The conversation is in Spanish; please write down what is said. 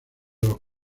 los